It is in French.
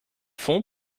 font